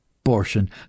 abortion